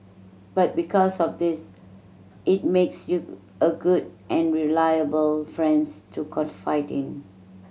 but because of this it makes you a good and reliable friends to confide in